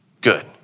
good